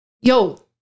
yo